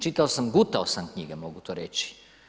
Čitao sam, gutao sam knjige mogu to reći.